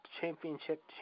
Championship